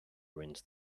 ruins